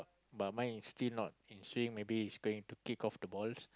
but mine is still not in swing maybe he's going to kick off the ball